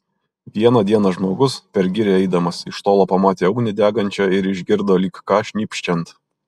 vieną dieną žmogus per girią eidamas iš tolo pamatė ugnį degančią ir išgirdo lyg ką šnypščiant